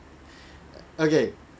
okay